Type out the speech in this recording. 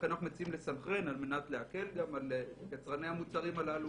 לכן אנחנו מציעים לסנכרן על-מנת להקל על יצרני המוצרים הללו